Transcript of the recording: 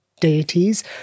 deities